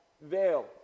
veil